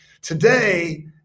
Today